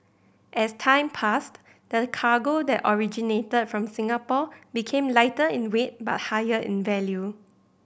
as time passed the cargo that originated from Singapore became lighter in weight but higher in value